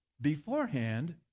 beforehand